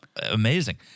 amazing